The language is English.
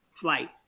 flight